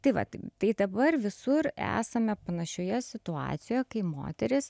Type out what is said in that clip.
tai vat tai dabar visur esame panašioje situacijoje kai moteris